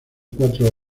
cuatro